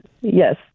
Yes